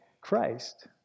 Christ